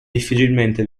difficilmente